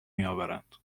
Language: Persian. میآورند